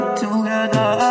together